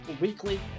weekly